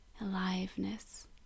aliveness